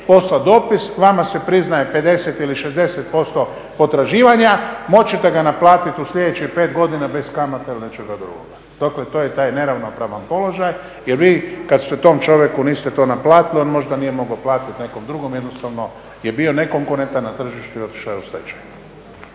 poslat dopis, vama se priznaje 50 i li 60% potraživanja, moći ćete ga naplatit u sljedećih 5 godina bez kamata ili nečega drugoga. Dakle to je taj neravnopravan položaj jer vi kad tom čovjeku niste to naplatili on možda nije mogao platit nekom drugom, jednostavno je bio nekonkurentan na tržištu i otišao je u stečaj.